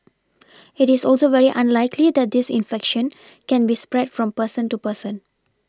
it is also very unlikely that this infection can be spread from person to person